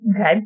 Okay